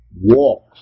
walk